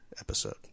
episode